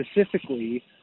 specifically